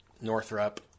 Northrup